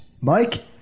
Mike